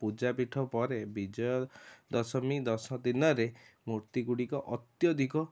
ପୂଜାପୀଠ ପରେ ବିଜୟ ଦଶମୀ ଦଶ ଦିନରେ ମୂର୍ତ୍ତି ଗୁଡ଼ିକ ଅତ୍ୟଧିକ